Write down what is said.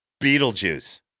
Beetlejuice